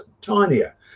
tinier